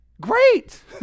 great